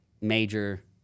major